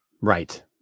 Right